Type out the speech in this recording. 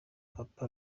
papa